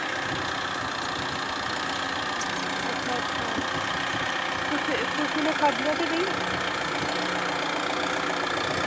अच्छा अच्छा कुसै कुसे नै खादियां ते नेईं